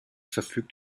verfügt